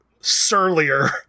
surlier